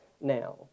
now